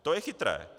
To je chytré.